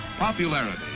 Popularity